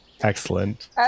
Excellent